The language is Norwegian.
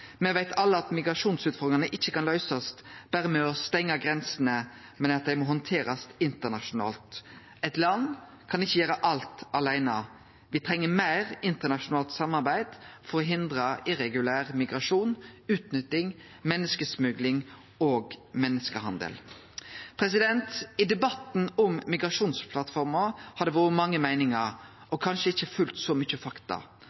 Me veit alle at migrasjonsutfordringane ikkje kan løysast berre med å stengje grensene, men at dei må handterast internasjonalt. Eitt land kan ikkje gjere alt aleine. Me treng meir internasjonalt samarbeid for å hindre irregulær migrasjon, utnytting, menneskesmugling og menneskehandel. I debatten om migrasjonsplattforma har det vore mange meiningar og kanskje ikkje fullt så mykje fakta.